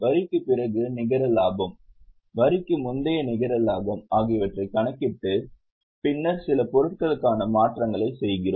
வரிக்குப் பிறகு நிகர லாபம் வரிக்கு முந்தைய நிகர லாபம் ஆகியவற்றைக் கணக்கிட்டு பின்னர் சில பொருட்களுக்கான மாற்றங்களைச் செய்கிறோம்